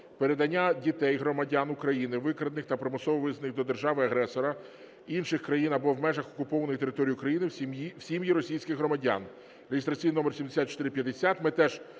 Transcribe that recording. передання дітей – громадян України, викрадених та примусово вивезених до держави-агресора, інших країн або в межах окупованих територій України, в сім’ї російських громадян (реєстраційний номер 7450).